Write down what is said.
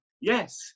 Yes